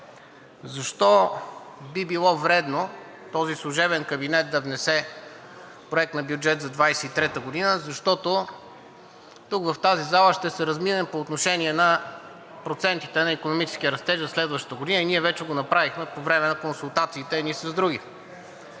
Защо би било вредно този служебен кабинет да внесе Проект на бюджет за 2023 г., защото в тази зала ще се разминем по отношение на процентите на икономическия растеж за следващата година, ние вече го направихме по време на консултациите едни с други.